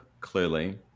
clearly